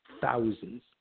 thousands